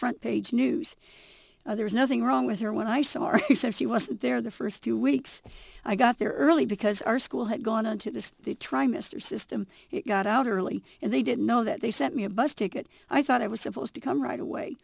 front page news there is nothing wrong with her when i saw our research she was there the first two weeks i got there early because our school had gone on to the trimester system got out early and they didn't know that they sent me a bus ticket i thought i was supposed to come right away